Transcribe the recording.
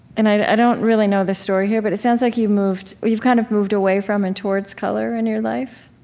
and i don't really know the story here, but it sounds like you moved you've kind of moved away from and towards color in your life,